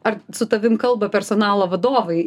ar su tavim kalba personalo vadovai